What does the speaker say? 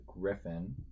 Griffin